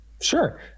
Sure